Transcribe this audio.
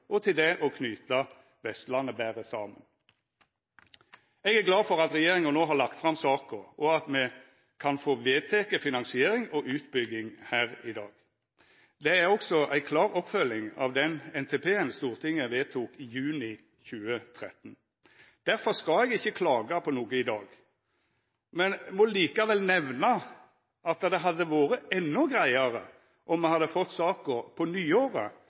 og til det å knyta Vestlandet betre saman. Eg er glad for at regjeringa no har lagt fram saka, og for at me kan få vedteke finansiering og utbygging her i dag. Det er også ei klar oppfølging av den NTP-en Stortinget vedtok i juni 2013. Derfor skal eg ikkje klaga på noko i dag, men eg må likevel nemna at det hadde vore endå greiare om me hadde fått saka på nyåret,